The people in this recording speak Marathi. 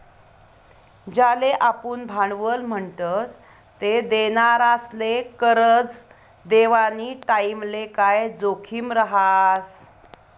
ज्याले आपुन भांडवल म्हणतस ते देनारासले करजं देवानी टाईमले काय जोखीम रहास